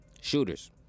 Shooters